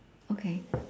okay